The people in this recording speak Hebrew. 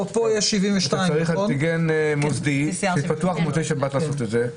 פה יש 72. אתה צריך אנטיגן מוסדי שפתוח במוצאי שבת לעשות את זה.